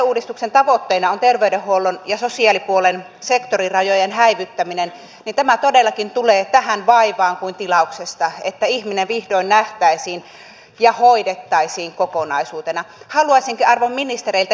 suomesta tällaiset tuotantokannustimet puuttuvat ja suomi saa nyt vain murto osan niistä elinkeino vienti matkailu ja verotuloista joita kilpailijamaat saavat